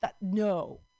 No